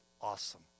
awesome